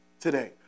today